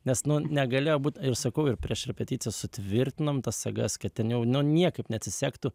nes nu negalėjo būt ir sakau ir prieš repeticijas sutvirtinom tas sagas kad ten jau nu niekaip neatsisegtų